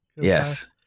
Yes